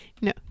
No